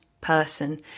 person